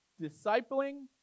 discipling